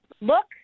Look